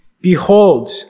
behold